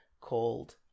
called